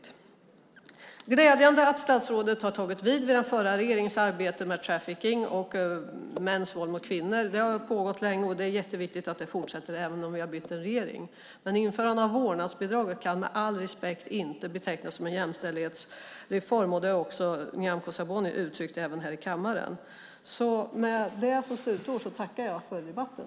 Det är glädjande att statsrådet har tagit vid i den förra regeringens arbete med trafficking och mäns våld mot kvinnor. Det arbetet har pågått länge, och det är viktigt att det fortsätter även om vi har bytt regering. Införandet av vårdnadsbidraget kan med all respekt inte betecknas som en jämställdhetsreform. Det har också Nyamko Sabuni uttryckt här i kammaren. Med det tackar jag för debatten.